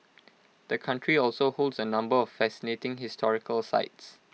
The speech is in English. the country also holds A number of fascinating historical sites